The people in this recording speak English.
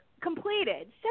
completed